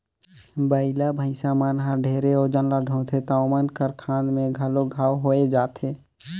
बइला, भइसा मन हर ढेरे ओजन ल डोहथें त ओमन कर खांध में घलो घांव होये जाथे